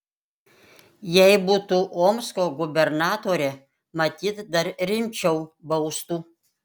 jei būtų omsko gubernatore matyt dar rimčiau baustų